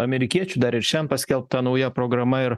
amerikiečių dar ir šiandien paskelbta nauja programa ir